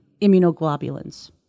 immunoglobulins